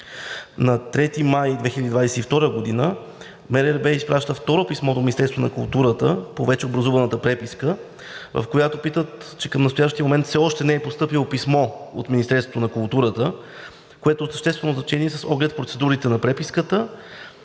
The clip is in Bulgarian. На 3 май 2022 г. МРРБ изпраща второ писмо до Министерството на културата по вече образуваната преписка, в което пишат, че към настоящия момент все още не е постъпило писмо от Министерството на културата, което е от съществено значение с оглед процедурите на преписката,